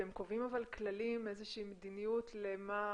אתם קובעים אבל כללים, איזו שהיא מדיניות למה